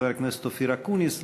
חבר הכנסת אופיר אקוניס,